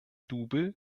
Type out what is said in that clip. double